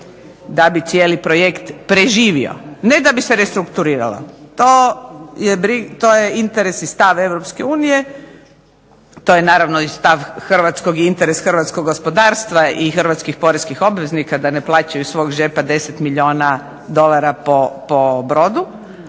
da bi cijeli projekt preživio, ne da bi se restrukturiralo. To je interes i stav Europske unije, to je stav i interes Hrvatskog gospodarstva i Hrvatskih poreskih obveznika da ne plaćaju iz svog džepa 10 milijuna dolara po brodu